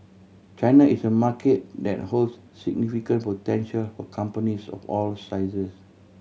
China is a market that holds significant potential for companies of all sizes